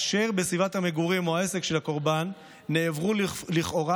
ובסביבת המגורים או העסק של הקרבן נעברו לכאורה